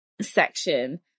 section